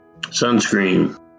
sunscreen